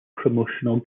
promotional